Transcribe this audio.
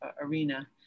arena